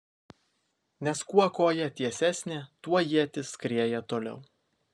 nes kuo koja tiesesnė tuo ietis skrieja toliau